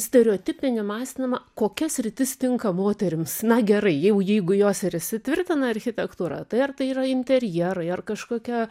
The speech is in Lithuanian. stereotipinį mąstymą kokia sritis tinka moterims na gerai jau jeigu jos ir įsitvirtina architektūro tai ar tai yra interjerai ar kažkokia